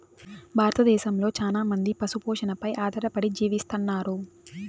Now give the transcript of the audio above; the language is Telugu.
భారతదేశంలో చానా మంది పశు పోషణపై ఆధారపడి జీవిస్తన్నారు